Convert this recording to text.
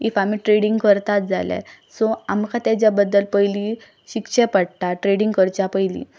if आमी trading करतात जाल्यार सो आमकां तेज्या बद्दल पयलीं शिकचें पडटा ट्रेडींग करचे पयलीं